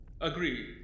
Agreed